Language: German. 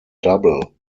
double